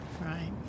Right